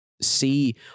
see